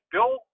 Bill